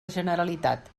generalitat